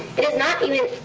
it is not even